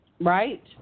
right